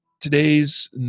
today's